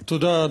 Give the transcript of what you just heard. תודה.